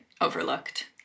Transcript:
overlooked